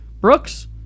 Brooks